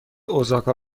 اوساکا